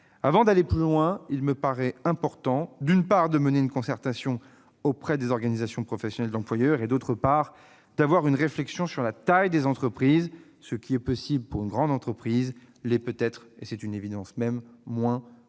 Avant d'aller plus loin, il me paraît important, d'une part, de mener une concertation auprès des organisations professionnelles d'employeurs et, d'autre part, d'avoir une réflexion sur la taille des entreprises ; ce qui est possible pour une grande entreprise l'est peut-être moins pour une TPE, c'est une évidence. En conclusion, je